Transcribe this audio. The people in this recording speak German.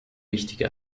wichtige